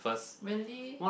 really